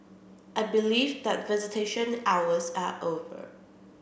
I believe that visitation hours are over